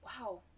wow